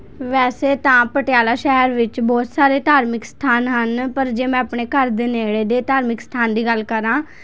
ਵੈਸੇ ਤਾਂ ਪਟਿਆਲਾ ਸ਼ਹਿਰ ਵਿੱਚ ਬਹੁਤ ਸਾਰੇ ਧਾਰਮਿਕ ਅਸਥਾਨ ਹਨ ਪਰ ਜੇ ਮੈਂ ਆਪਣੇ ਘਰ ਦੇ ਨੇੜੇ ਦੇ ਧਾਰਮਿਕ ਅਸਥਾਨ ਦੀ ਗੱਲ ਕਰਾਂ